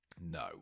No